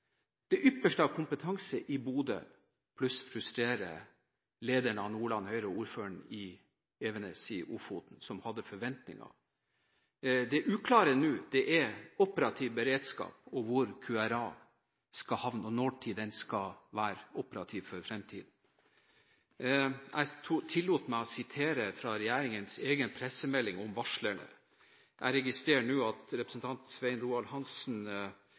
det ypperste av kompetanse i Bodø pluss å frustrere lederen av Nordland Høyre, ordføreren i Evenes i Ofoten, som hadde forventninger. Det uklare nå er operativ beredskap, hvor QRA skal havne, og når den skal være operativ for fremtiden. Jeg tillot meg å sitere fra regjeringens egen pressemelding om varsleren. Jeg registrerer nå at representanten Svein Roald Hansen